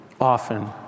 often